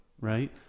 Right